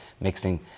mixing